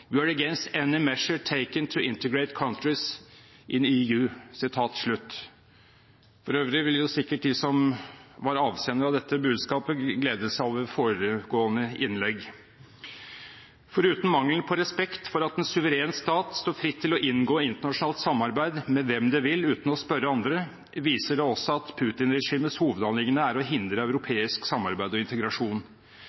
For øvrig vil sikkert de som var avsendere av dette budskapet, glede seg over foregående innlegg. Foruten mangelen på respekt for at en suveren stat står fritt til å inngå internasjonalt samarbeid med hvem de vil, uten å spørre andre, viser det også at Putin-regimets hovedanliggende er å hindre